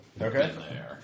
Okay